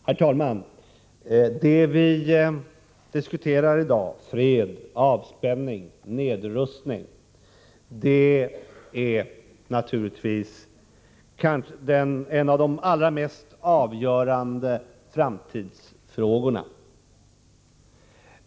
Herr talman! Vad vi diskuterar i dag — fred, avspänning, nedrustning — hör naturligtvis till de allra mest avgörande framtidsfrågorna.